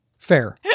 Fair